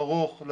ארוך,